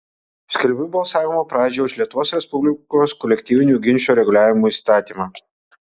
skelbiu balsavimo pradžią už lietuvos respublikos kolektyvinių ginčų reguliavimo įstatymą